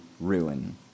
ruin